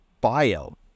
bio